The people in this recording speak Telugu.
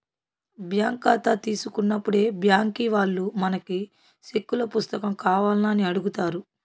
బ్యాంక్ కాతా తీసుకున్నప్పుడే బ్యాంకీ వాల్లు మనకి సెక్కుల పుస్తకం కావాల్నా అని అడుగుతారు